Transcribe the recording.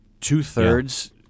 two-thirds—